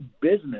business